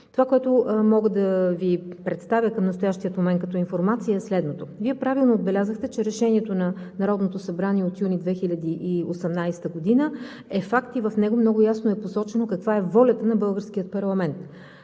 това, което мога да Ви представя към настоящия момент, като информация е следното: Вие правилно отбелязахте, че решението на Народното събрание от юни 2018 г. е факт и в него много ясно е посочено каква е волята на българския парламент.